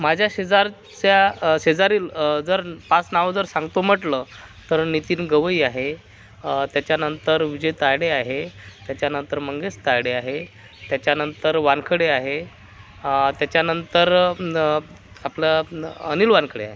माझ्या शेजारच्या शेजारील जर पाच नावं सांगतो जर म्हटलं नितीन गवई आहे त्याच्यानंतर विजय ताडे आहे त्याच्यानंतर मंगेश ताडे आहे त्याच्यानंतर वानखडे आहे त्याच्यानंतर आपलं अनिल वांनखडे आहे